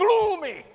gloomy